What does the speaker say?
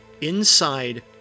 Inside